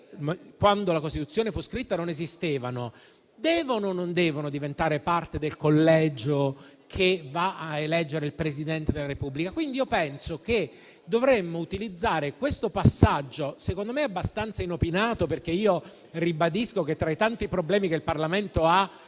quando la Costituzione fu scritta, devono o non devono diventare parte del collegio che va a eleggere il Presidente della Repubblica? Penso quindi che dovremmo utilizzare questo passaggio, secondo me abbastanza inopinato, anche se ribadisco che tra i tanti problemi che il Parlamento ha,